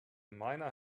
miner